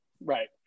right